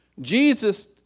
Jesus